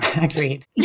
Agreed